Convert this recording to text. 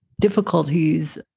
difficulties